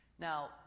Now